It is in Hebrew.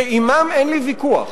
שעמם אין לי ויכוח.